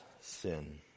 sin